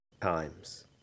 times